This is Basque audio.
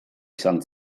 izan